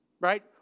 right